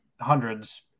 hundreds